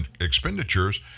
expenditures